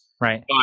right